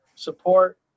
support